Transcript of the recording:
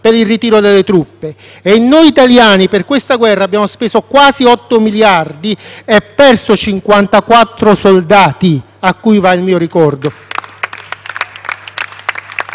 per il ritiro delle truppe e noi italiani per questa guerra abbiamo speso quasi 8 miliardi e perso 54 soldati a cui va il mio ricordo.